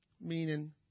meaning